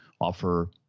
offer